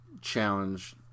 challenge